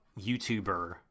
YouTuber